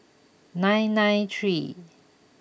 nine nine three